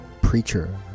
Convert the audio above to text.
preacher